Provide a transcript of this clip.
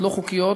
לא חוקיות,